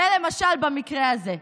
זה, למשל, במקרה הזה.